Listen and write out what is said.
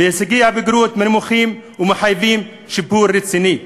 והישגי הבגרות נמוכים ומחייבים שיפור רציני.